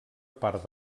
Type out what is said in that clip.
part